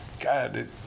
God